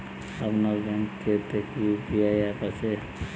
আপনার ব্যাঙ্ক এ তে কি ইউ.পি.আই অ্যাপ আছে?